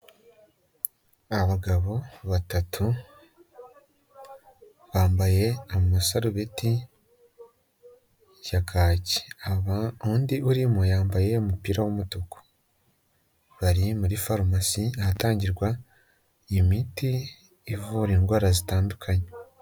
Abagabo batatu bambaye amasarubeti ya kaki. Aba undi urimo yambaye umupira w'umutuku, bari muri farumasi ahatangirwa imiti ivura indwara zitandukanye.